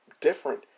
different